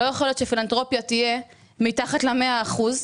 לא יכול להיות שפילנתרופיה תהיה מתחת ל-100 אחוז,